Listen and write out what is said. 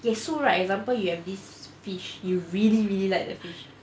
okay so right example you have this fish you really really like the fish